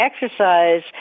exercise